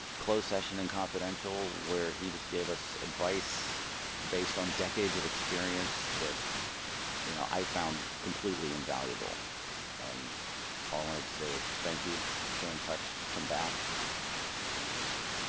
closed session and confidential where he just gave us advice based on decades of experience that you know i found completely invaluable and all i would say is thank you stay in touch come back and.